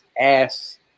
ass